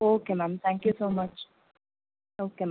okay ma'am thank you so much